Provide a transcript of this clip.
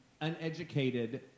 uneducated